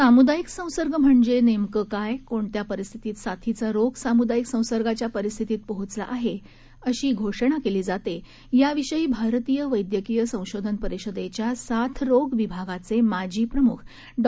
सामुदायिक संसर्ग म्हणजे नेमकं काय कोणत्या परिस्थितीत साथीचा रोग सामुदायिक संसर्गाच्या परिस्थिती पोहोचला आहे अशी घोषणा केली जाते याविषयी भारतीय वैद्यकीय संशोधन परिषदेच्या साथरोग विभागाचे माजी प्रमुख डॉ